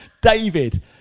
David